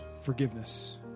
forgiveness